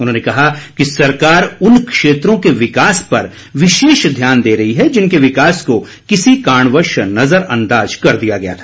उन्होंने कहा कि सरकार उन क्षेत्रों के विकास पर विशेष ध्यान दे रही है जिनके विकास को किसी कारणवश नजर अंदाज कर दिया गया था